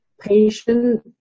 patient